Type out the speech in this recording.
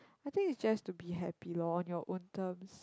I think it's just to be happy loh in your own terms